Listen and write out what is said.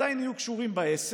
הם עדיין יהיו קשורים בעסק,